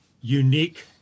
unique